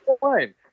fine